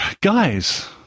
guys